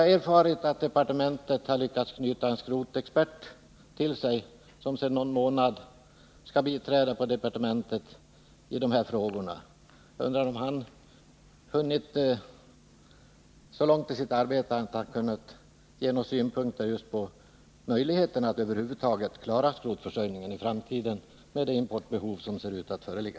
Jag har erfarit att man till departementet lyckats knyta en skrotexpert, som sedan någon månad tillbaka biträder inom departementet i de här frågorna. Jag undrar om han har hunnit så långt i sitt arbete att han kunnat ge några synpunkter på möjligheten att över huvud taget klara skrotförsörjningen i framtiden med det importbehov som ser ut att föreligga.